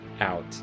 out